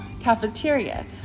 cafeteria